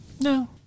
No